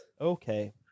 Okay